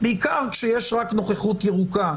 בעיקר כשיש רק נוכחות ירוקה,